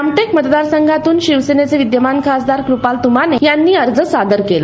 राम िक्रि मतदारसंघातून शिवसेनेचे विद्यमान कृपाल तुमाने यांनी अर्ज सादर केला